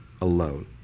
alone